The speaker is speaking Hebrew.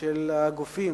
של גופים